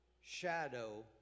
shadow